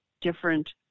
different